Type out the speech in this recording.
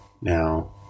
Now